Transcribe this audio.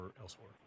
elsewhere